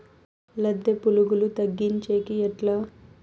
లద్దె పులుగులు తగ్గించేకి ఎట్లా?